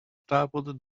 stapelde